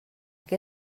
que